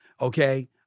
okay